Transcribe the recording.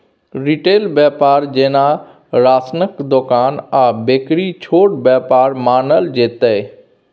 retail बेपार जेना राशनक दोकान आ बेकरी छोट बेपार मानल जेतै